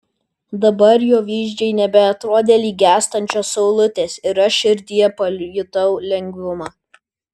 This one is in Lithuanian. dabar jo vyzdžiai nebeatrodė lyg gęstančios saulutės ir aš širdyje pajutau lengvumą